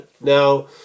now